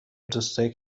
دوستایی